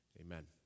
Amen